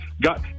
got